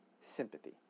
sympathy